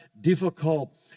difficult